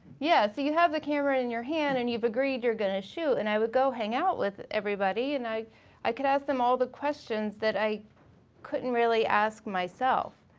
yeah so you have the camera in your hand and you've agreed you're gonna shoot and i would go hang out with everybody and i i could ask them all the questions that i couldn't really ask myself.